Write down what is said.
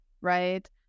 right